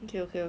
okay okay